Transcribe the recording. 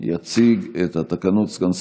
איננו.